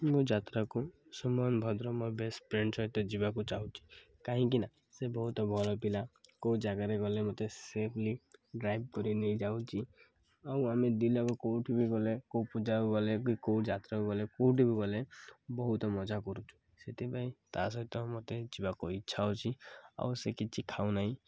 ମୋ ଯାତ୍ରାକୁ ସମାନ ଭଦ୍ର ମୋ ବେଷ୍ଟଫ୍ରେଣ୍ଡ ସହିତ ଯିବାକୁ ଚାହୁଁଛି କାହିଁକିନା ସେ ବହୁତ ଭଲପିଲା କେଉଁ ଜାଗାରେ ଗଲେ ମୋତେ ସେଫ୍ଲି ଡ୍ରାଇଭ୍ କରି ନେଇଯାଉଛି ଆଉ ଆମେ ଦୁଇଜଣ ଯାକ କେଉଁଠି ବି ଗଲେ କେଉଁ ପୂଜାକୁ ଗଲେ କି କେଉଁ ଯାତ୍ରାକୁ ଗଲେ କେଉଁଠି ବି ଗଲେ ବହୁତ ମଜା କରୁଛୁ ସେଥିପାଇଁ ତା' ସହିତ ମୋତେ ଯିବାକୁ ଇଚ୍ଛା ହେଉଛି ଆଉ ସେ କିଛି ଖାଉନାହିଁ